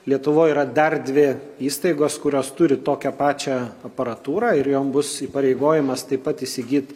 lietuvoj yra dar dvi įstaigos kurios turi tokią pačią aparatūrą ir jom bus įpareigojamas taip pat įsigyt